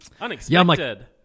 Unexpected